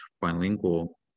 bilingual